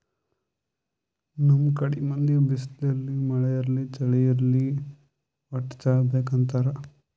ನಮ್ ಕಡಿ ಮಂದಿ ಬಿಸ್ಲ್ ಇರ್ಲಿ ಮಳಿ ಇರ್ಲಿ ಚಳಿ ಇರ್ಲಿ ವಟ್ಟ್ ಚಾ ಬೇಕ್ ಅಂತಾರ್